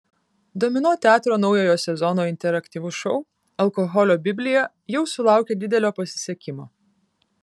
domino teatro naujojo sezono interaktyvus šou alkoholio biblija jau sulaukė didelio pasisekimo